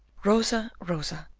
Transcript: rosa, rosa,